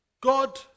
God